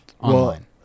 online